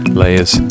layers